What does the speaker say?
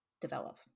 develop